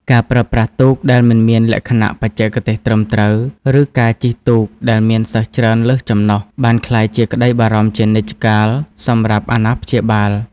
ការប្រើប្រាស់ទូកដែលមិនមានលក្ខណៈបច្ចេកទេសត្រឹមត្រូវ ឬការជិះទូកដែលមានសិស្សច្រើនលើសចំណុះ បានក្លាយជាក្តីបារម្ភជានិច្ចកាលសម្រាប់អាណាព្យាបាល។